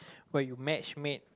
where you matchmade